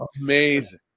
Amazing